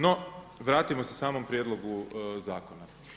No, vratimo se samom prijedlogu zakona.